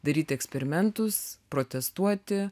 daryti eksperimentus protestuoti